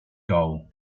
goal